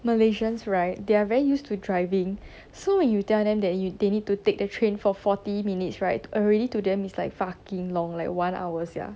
malaysians right they are very used to driving so when you tell them that you they need to take the train for forty minutes right already to them is like fucking long like one hour sia